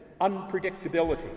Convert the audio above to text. unpredictability